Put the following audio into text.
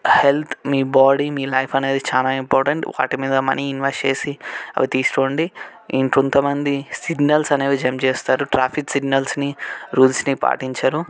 health మీ body మీ life అనేది చాలా ఇంపార్టెంట్ వాటి మీద మనీ ఇన్వెస్ట్ చేసి అవి తీసుకోండి ఇంకొంత మంది సిగ్నల్స్ అనేవి జంప్ చేస్తారు ట్రాఫిక్ సిగ్నల్స్ని రూల్స్ని పాటించరు